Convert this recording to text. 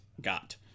got